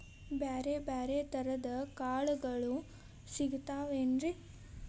ಬ್ಯಾರೆ ಬ್ಯಾರೆ ತರದ್ ಕಾಳಗೊಳು ಸಿಗತಾವೇನ್ರಿ?